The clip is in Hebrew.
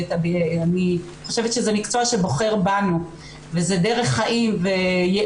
את ה BA. אני חושבת שזה מקצוע שבוחר בנו וזו דרך חיים וייעוד,